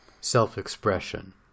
self-expression